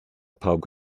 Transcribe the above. pawb